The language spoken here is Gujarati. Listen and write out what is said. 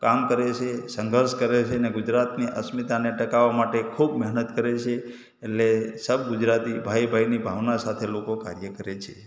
કામ કરે છે સંઘર્ષ કરે છે અને ગુજરાતની અસ્મિતાને ટકાવવા માટે ખૂબ મહેનત કરે છે એટલે સબ ગુજરાતી ભાઈ ભાઈની ભાવના સાથે લોકો કાર્ય કરે છે